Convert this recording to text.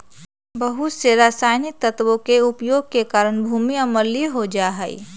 बहुत से रसायनिक तत्वन के उपयोग के कारण भी भूमि अम्लीय हो जाहई